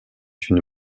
une